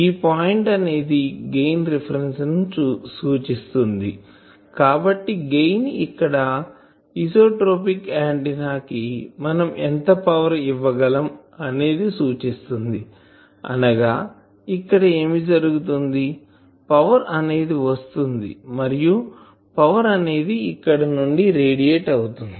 ఈ పాయింట్ అనేది gain reference ని సూచిస్తుంది కాబట్టి గెయిన్ ఇక్కడ ఐసోట్రోపిక్ ఆంటిన్నా కి మనం ఎంత పవర్ ఇవ్వగలం అనేది సూచిస్తుంది అనగా ఇక్కడ ఏమి జరుగుతుందిపవర్ అనేది వస్తుంది మరియు పవర్ అనేది ఇక్కడ నుండి రేడియేట్ అవుతుంది